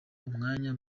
umwanya